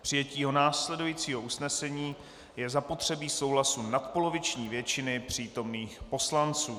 K přijetí následujícího usnesení je zapotřebí souhlasu nadpoloviční většiny přítomných poslanců.